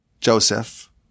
Joseph